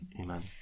Amen